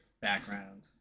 background